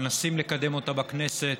מנסים לקדם אותה בכנסת